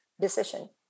decision